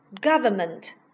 government